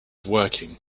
working